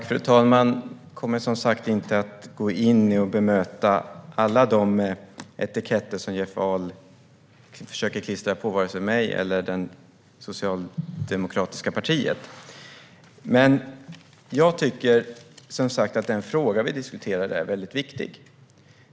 Fru talman! Jag kommer inte att gå in på och bemöta alla de etiketter som Jeff Ahl försöker att klistra på både mig och det socialdemokratiska partiet. Den fråga som vi diskuterar är väldigt viktig.